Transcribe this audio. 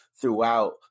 Throughout